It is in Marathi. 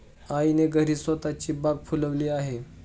आईने घरीच स्वतःची बाग फुलवली आहे